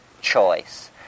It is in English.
choice